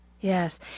yes